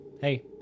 Hey